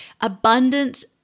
Abundance